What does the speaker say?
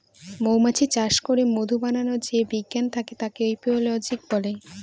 মৌমাছি চাষ করে মধু বানাবার যে বিজ্ঞান থাকে তাকে এপিওলোজি বলে